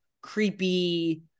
creepy